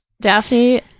Daphne